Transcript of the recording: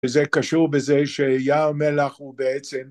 וזה קשור בזה שיער מלח הוא בעצם...